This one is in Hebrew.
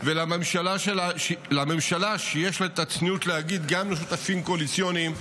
לממשלה שיש לה את הצניעות להגיד גם לשותפים קואליציוניים: